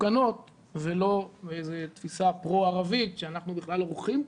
ומתוקנות ולא בתפיסה פרו ערבית שאנחנו בכלל אורחים כאן.